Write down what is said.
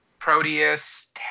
Proteus